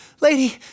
Lady